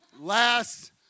last